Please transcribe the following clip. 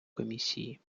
комісії